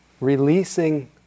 Releasing